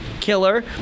killer